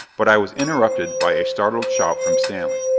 but i was interrupted by a startled shout from stanley.